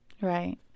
Right